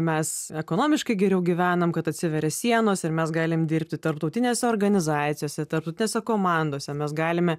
mes ekonomiškai geriau gyvenam kad atsiveria sienos ir mes galim dirbti tarptautinėse organizacijose tarptautinėse komandose mes galime